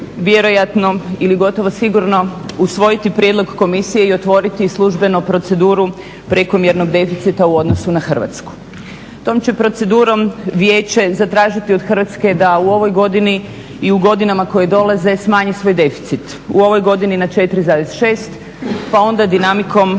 vjerojatno ili gotovo sigurno usvojiti prijedlog komisije i otvoriti službenu proceduru prekomjernog deficita u odnosu na Hrvatsku. Tom će procedurom vijeće zatražiti od Hrvatske da u ovoj godini i u godinama koje dolaze smanji svoj deficit, u ovoj godini na 4,6 pa onda dinamikom